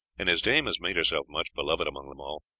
and his dame has made herself much beloved among them all.